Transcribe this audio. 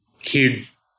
kids